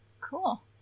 Cool